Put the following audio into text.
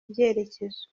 byerekezo